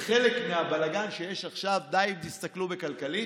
חלק מהבלגן שיש עכשיו, די אם תסתכלו בכלכליסט,